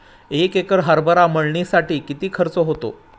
एक एकर हरभरा मळणीसाठी किती खर्च होतो?